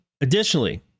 Additionally